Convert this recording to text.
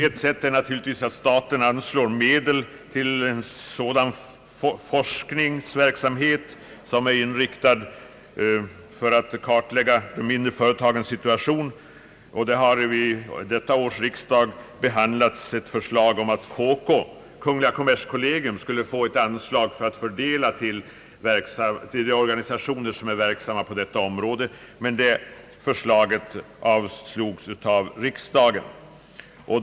Ett sätt är naturligtvis att staten anslår medel till sådan forskningsverksamhet om de mindre företagens situation. Vid årets riksdag har behandlats ett förslag att kungl. kommerskollegium skulle få ett anslag att fördela mellan de organisationer, som är verksamma på detta område, men förslaget avslogs av riksdagen.